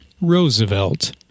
Roosevelt